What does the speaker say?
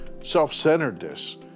self-centeredness